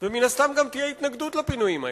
ומן הסתם גם תהיה התנגדות לפינויים האלה.